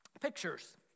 pictures